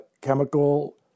chemical